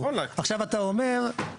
עכשיו אתה אומר,